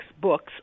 books